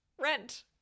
Rent